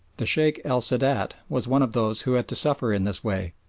the sheikh el sadat was one of those who had to suffer in this way,